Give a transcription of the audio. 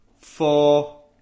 four